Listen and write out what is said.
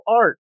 art